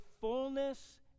fullness